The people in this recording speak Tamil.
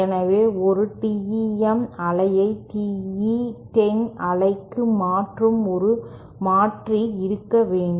எனவே ஒரு TEM அலையை TE 10 அலைக்கு மாற்றும் ஒரு மாற்றி இருக்க வேண்டும்